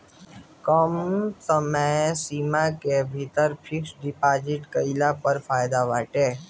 कम समय सीमा के भीतर फिक्स डिपाजिट कईला पअ फायदा बाटे